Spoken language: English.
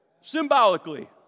Symbolically